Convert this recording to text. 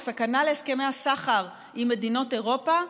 תוך סכנה להסכמי הסחר עם מדינות אירופה,